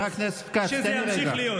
אנחנו היחידים,